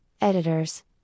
editors